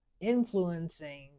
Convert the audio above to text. influencing